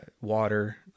water